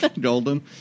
Golden